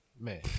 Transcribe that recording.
Man